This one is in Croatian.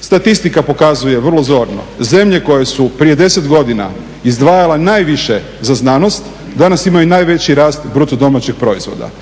Statistika pokazuje vrlo zorno, zemlje koje su prije 10 godina izdvajale najviše za znanost danas imaju najveći rast BDP-a.